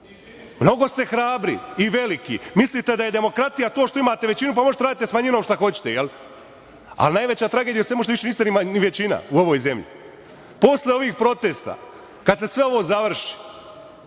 Mnogo ste hrabri i veliki. Mislite da je demokratija to što imate većinu i možete da radite sa manjinom šta hoćete, jel? Najveća tragedija u svemu je što niste većina u ovoj zemlji. Posle ovih protesta, kada se sve ovo završi,